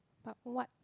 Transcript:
but what